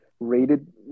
rated